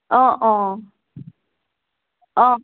অঁ অঁ অঁ